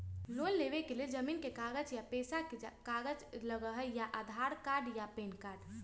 Loan लेवेके लेल जमीन के कागज या पेशा के कागज लगहई या आधार कार्ड या पेन कार्ड?